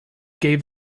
gave